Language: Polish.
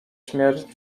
śmierć